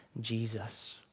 Jesus